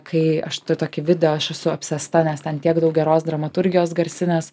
kai aš tą tokį video aš esu apsėsta nes ten tiek daug geros dramaturgijos garsinės